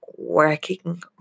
working